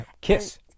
Kiss